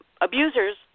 abusers